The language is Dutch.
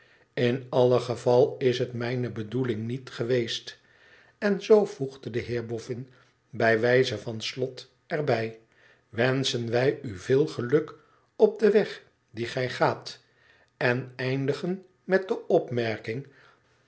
in alle geval is het mijne bedoeling niet geweest n zoo voegde de heer boffin bij wijze van slot er bij wenschen wij u veel geluk op den weg dien gij gaat en eindigen met de opmerking